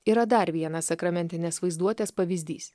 yra dar vienas sakramentinės vaizduotės pavyzdys